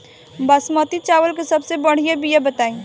बासमती चावल के सबसे बढ़िया बिया बताई?